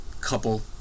couple